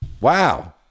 Wow